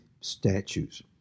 statues